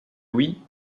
huit